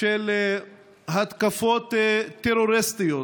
של התקפות טרוריסטיות